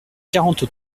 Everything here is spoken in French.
quarante